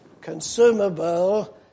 consumable